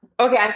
Okay